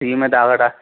سوئی میں دھاگا ڈا